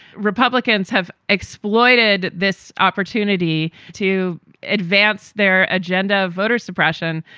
republicans have exploited this opportunity to advance their agenda of voter suppression.